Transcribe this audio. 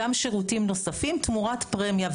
גם שירותים נוספים תמורת פרמיה.